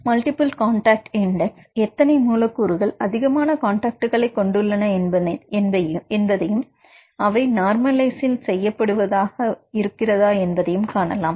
எனவே multiple contact index என்பது எத்தனை மூலக்கூறுகள் அதிகமான காண்டாக்ட் கொண்டுள்ளன என்பதையும் அவை நார்மல்ஐஸ் n செய்யப்படுவதையும் காணலாம்